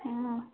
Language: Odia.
ହଁ